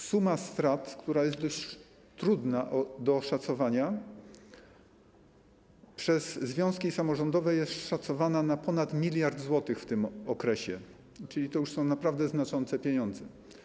Suma strat, która jest dość trudna do określenia, przez związki samorządowe jest szacowana na ponad 1 mld zł w tym okresie, czyli to są naprawdę znaczące pieniądze.